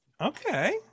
okay